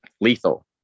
lethal